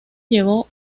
llevó